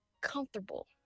comfortable